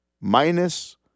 minus